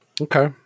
Okay